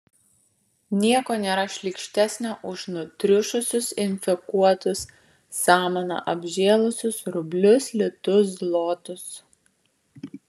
nieko nėra šlykštesnio už nutriušusius infekuotus samana apžėlusius rublius litus zlotus